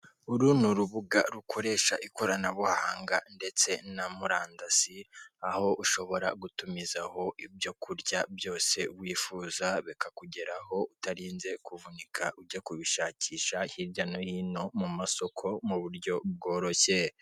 Uru ni urubuga rukoresha ikoranabuhanga ndetse na murandasi, aho ushobora gutumizaho ibyo kurya byose wifuza bikakugeraho utarinze kuvunika ujya kubishakisha hirya no hino mu masoko mu buryo bworoshye.